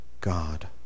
God